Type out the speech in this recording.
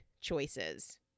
choices